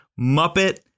muppet